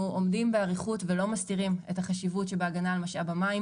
אנחנו עומדים באריכות ולא מסתירים את החשיבות שבהגנה על משאב המים